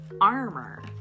armor